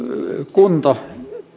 kunto